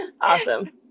Awesome